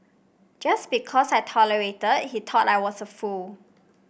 just because I tolerated he thought I was a fool